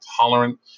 tolerant